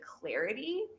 clarity